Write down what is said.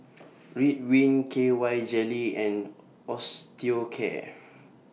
Ridwind K Y Jelly and Osteocare